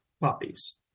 puppies